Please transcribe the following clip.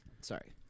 Sorry